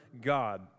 God